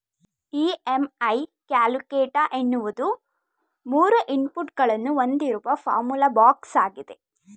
EMI calculator ಎನ್ನುವುದು ಮೂರು input ಗಳನ್ನು ಹೊಂದಿರುವ ಫಾರ್ಮುಲಾ ಬಾಕ್ಸ್ ಆಗಿದೆ